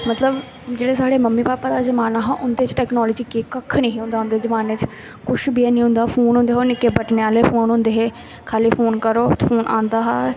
मतलब जेह्ड़े साढ़े मम्मी पापा दा जमान्ना हा उं'दे च टैक्नालोजी केह् कक्ख निं ही होंदा उं'दे जमान्ने च कुछ बी हैन्नी होंदा हा फोन होंदे हे निक्के बटनें आह्ले फोन होंदे हे खाल्ली फोन करो बस फोन औंदा हा